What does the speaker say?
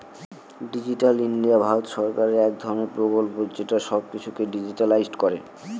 digital India Bharat সরকারের এক ধরনের প্রকল্প যেটা সব কিছুকে ডিজিট্যালাইসড করে